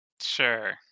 sure